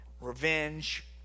Revenge